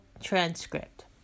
Transcript